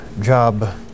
job